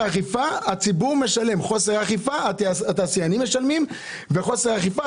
הציבור משלם על חוסר האכיפה והתעשיינים משלמים על חוסר האכיפה,